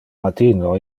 matino